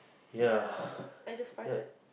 yeah I just farted